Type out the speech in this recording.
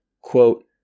quote